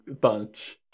bunch